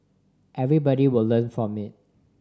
everybody will learn from it